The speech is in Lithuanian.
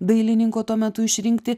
dailininko tuo metu išrinkti